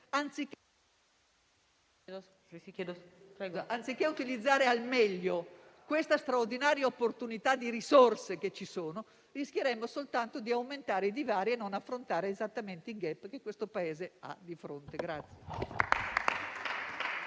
anziché utilizzare al meglio questa straordinaria opportunità di risorse, rischieremmo soltanto di aumentare il divario e non affrontare il *gap* che questo Paese ha di fronte.